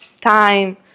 time